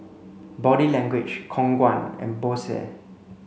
Body Language Khong Guan and Bose